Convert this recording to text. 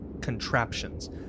contraptions